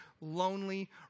lonely